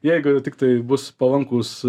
jeigu jau tiktai bus palankūs